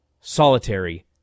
solitary